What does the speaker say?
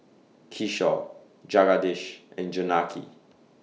Kishore Jagadish and Janaki